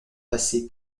passer